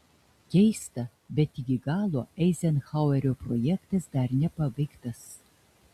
keista bet iki galo eizenhauerio projektas dar nepabaigtas